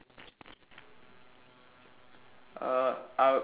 uh I would